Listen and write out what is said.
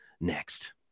Next